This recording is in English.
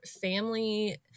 family